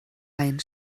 ein